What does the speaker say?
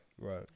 Right